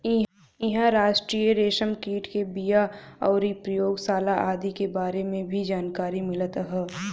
इहां राष्ट्रीय रेशम कीट के बिया अउरी प्रयोगशाला आदि के बारे में भी जानकारी मिलत ह